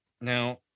Now